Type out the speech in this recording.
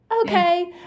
okay